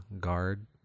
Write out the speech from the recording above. guard